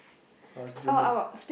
plus German